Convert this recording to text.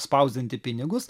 spausdinti pinigus